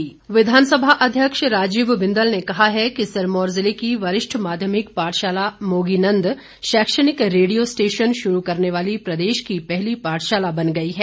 बिंदल विधानसभा अध्यक्ष राजीव बिंदल ने कहा है कि सिरमौर जिले की वरिष्ठ माध्यमिक पाठशाला मोगीनंद शैक्षणिक रेडियो स्टेशन शुरू करने वाली प्रदेश की पहली पाठशाला बन गई है